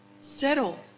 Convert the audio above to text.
settle